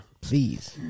Please